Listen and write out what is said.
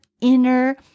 inner